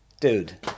Dude